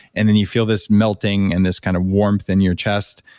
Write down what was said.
and then you feel this melting and this kind of warmth in your chest.